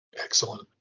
Excellent